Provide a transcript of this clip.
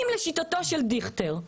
אם לשיטתו של דיכטר,